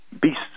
beasts